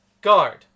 Guard